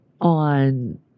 on